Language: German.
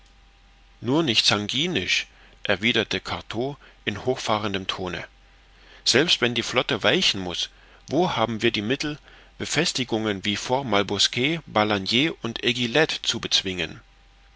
nur nicht sanguinisch erwiederte cartaux in hochfahrendem tone selbst wenn die flotte weichen muß wo haben wir die mittel befestigungen wie fort malbosquet balagnier und eguilette zu bezwingen